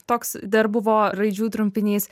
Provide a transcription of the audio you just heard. toks dar buvo raidžių trumpinys